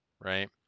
right